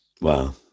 Wow